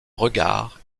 regard